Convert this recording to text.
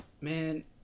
man